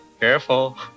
Careful